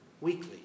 weekly